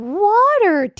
water